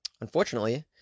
Unfortunately